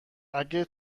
اگه